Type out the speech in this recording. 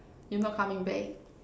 you not coming back